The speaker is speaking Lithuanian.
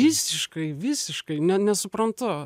visiškai visiškai ne nesuprantu